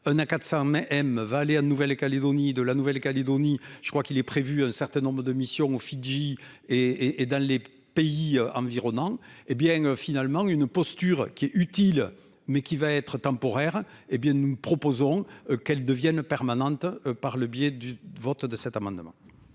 mais M. va aller à de Nouvelle Calédonie de la Nouvelle Calédonie. Je crois qu'il est prévu un certain nombre de missions aux Fidji et et dans les pays environnants et bien finalement. Une posture qui est utile mais qui va être temporaire, hé bien nous proposerons qu'elle devienne permanente par le biais du vote de cet amendement.